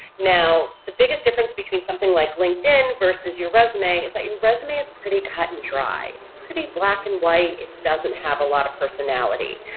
now the biggest difference between something like linkedin versus your resume, is that your resume is pretty cut-and-dry, pretty black and white, it doesn't have a lot of personality.